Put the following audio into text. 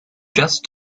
that